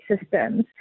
systems